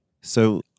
So-